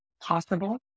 possible